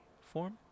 form